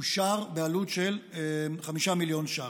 אושר בעלות של 5 מיליון ש"ח.